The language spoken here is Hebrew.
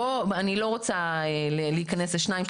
לא רוצה להיכנס לשניים,